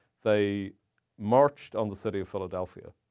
they marched on the city of philadelphia.